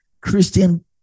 Christian